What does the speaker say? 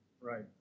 Right